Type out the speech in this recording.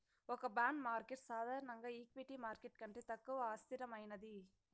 ఒక bond market సాధారణంగా equity market కంటే తక్కువ అస్థిరమైనది